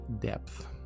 depth